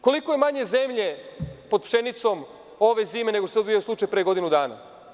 Koliko je manje zemlje pod pšenicom ove zime nego što je bio slučaj pre godinu dana?